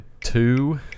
Two